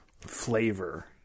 flavor